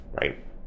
right